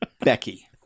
Becky